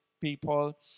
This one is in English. people